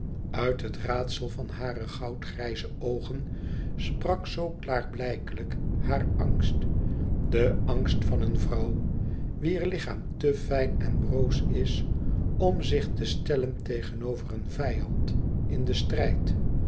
uit het raadsel van hare goudgrijze oogen sprak zoo klaarblijklijk haar angst de angst van een vrouw wier lichaam te fijn en broos is om zich te stellen tegenover een vijand in den strijd